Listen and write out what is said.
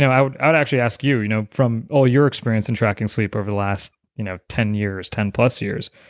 i would i would actually ask you you know from all your experience in tracking sleep over the last you know ten years, ten plus years,